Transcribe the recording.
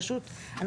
פשוט.